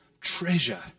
treasure